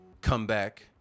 comeback